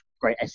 great